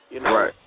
Right